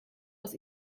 aus